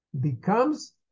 becomes